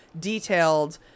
detailed